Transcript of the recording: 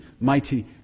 mighty